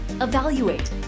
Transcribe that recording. evaluate